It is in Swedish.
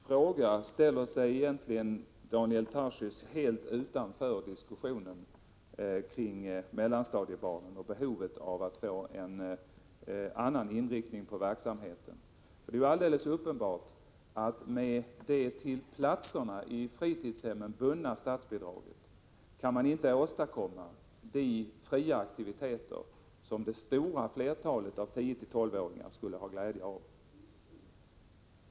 Herr talman! Med sin fråga ställer sig Daniel Tarschys egentligen helt utanför diskussionen om mellanstadiebarnen och behovet av att få en annan inriktning på verksamheten. Det är ju alldeles uppenbart att man med det till platserna i fritidshemmen bundna statsbidraget inte kan åstadkomma de fria aktiviteter som det stora flertalet av 10-12-åringarna skulle ha glädje av.